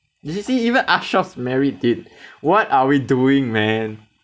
you just see even ashraf's married dude what are we doing man